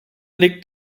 liegt